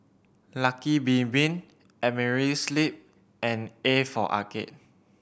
Lucky Bin Bin Amerisleep and A for Arcade